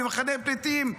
במחנה פליטים,